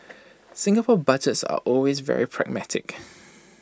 Singapore Budgets are always very pragmatic